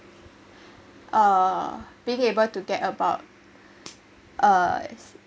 uh being able to get about uh